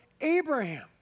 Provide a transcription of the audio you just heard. Abraham